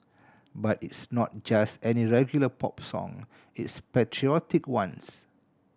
but it's not just any regular pop song its patriotic ones